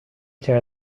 tear